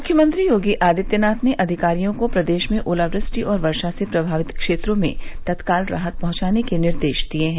मुख्यमंत्री योगी आदित्यनाथ ने अधिकारियों को प्रदेश में ओलावृष्टि और वर्षा से प्रभावित क्षेत्रों में तत्काल राहत पहंचाने के निर्देश दिये हैं